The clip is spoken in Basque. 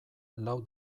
lau